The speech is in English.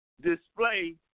display